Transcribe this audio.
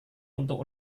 untuk